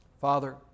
Father